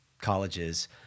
colleges